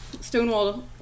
Stonewall